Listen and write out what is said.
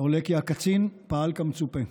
ועלה כי הקצין פעל כמצופה,